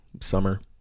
summer